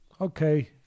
okay